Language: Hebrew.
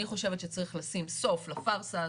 אני חושבת שצריך לשים סוף לפרסה הזאת,